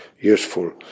useful